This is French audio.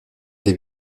des